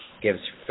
gives